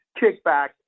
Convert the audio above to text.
kickback